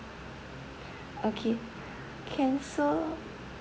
okay can so